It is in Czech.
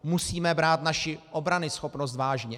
Musíme brát naši obranyschopnost vážně.